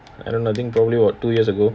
I don't know probably about two years ago